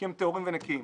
כי הם טהורים ונקיים.